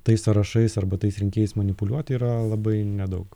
tais sąrašais arba tais rinkėjais manipuliuoti yra labai nedaug